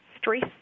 stress